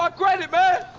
ah credit, man.